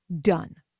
done